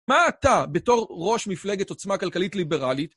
מה אתה, בתור ראש מפלגת עוצמה כלכלית ליברלית?